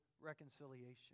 reconciliation